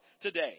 today